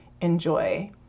enjoy